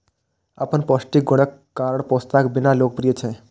अपन पौष्टिक गुणक कारण पोस्ताक बिया लोकप्रिय छै